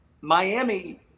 Miami